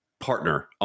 partner